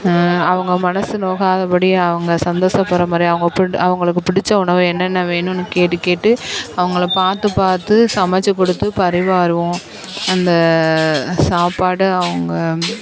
அவங்க மனது நோகாத படி அவங்க சந்தோஷப்படுற மாதிரி அவங்க புள் அவர்களுக்கு பிடிச்ச உணவு என்னென்ன வேணும்னு கேட்டு கேட்டு அவங்கள பார்த்து பார்த்து சமைச்சி கொடுத்து பரிமாறுவோம் அந்த சாப்பாடு அவங்க